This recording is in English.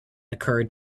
occurred